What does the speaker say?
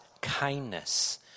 kindness